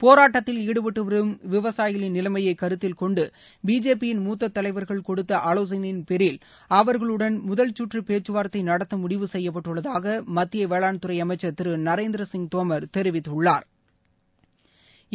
போராட்டத்தில் ஈடுபட்டு வரும் விவாசயிகளின் நிலைமையை கருத்தில் கொண்டு பிஜேபி யின் மூத்த தலைவர்கள் கொடுத்த ஆலோசனையின் பேரில் அவர்களுடன் முதல் சுற்று பேச்சுவார்த்தை நடத்த முடிவு செய்யப்பட்டுள்ளதாக மத்திய வேளாண் அமைச்சா் திரு நரேந்திரசிங் தோமா் தெரிவித்துள்ளாா்